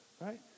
right